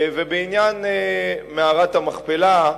ובעניין מערת המכפלה,